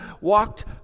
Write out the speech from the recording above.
walked